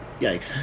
Yikes